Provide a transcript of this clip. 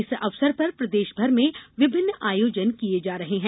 इस अवसर पर प्रदेश भर में विभिन्न आयोजन किये जा रहे हैं